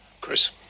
Chris